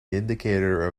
indicator